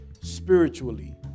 spiritually